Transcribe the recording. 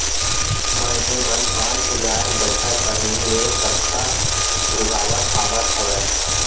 मनखे मन पाँच हजार बछर पहिली ले कपसा उगावत आवत हवय